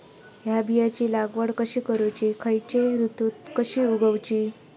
हया बियाची लागवड कशी करूची खैयच्य ऋतुत कशी उगउची?